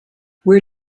where